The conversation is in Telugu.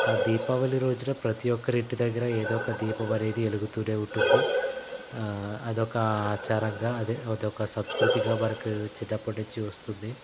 ఆ దీపావళి రోజున ప్రతి ఒక్కరి ఇంటి దగ్గర ఏదో ఒక దీపం అనేది వెలుగుతూనే ఉంటుంది అది ఒక ఆచారంగా అది ఒక సంస్కృతిగా మనకి చిన్నప్పడిని నుంచి వస్తుంది